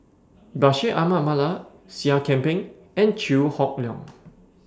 Bashir Ahmad Mallal Seah Kian Peng and Chew Hock Leong